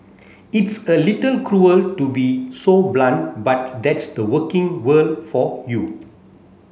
it's a little cruel to be so blunt but that's the working world for you